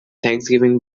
thanksgiving